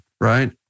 right